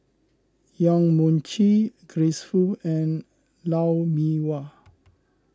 Yong Mun Chee Grace Fu and Lou Mee Wah